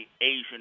Asian